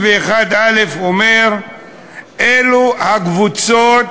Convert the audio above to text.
ואומר אילו קבוצות